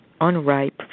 unripe